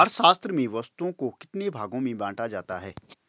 अर्थशास्त्र में वस्तुओं को कितने भागों में बांटा जाता है?